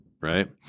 right